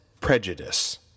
prejudice